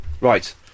right